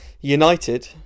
United